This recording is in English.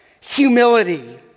Humility